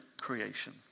creation